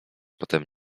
potem